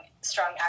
strong